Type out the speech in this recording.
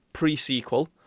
pre-sequel